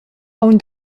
aunc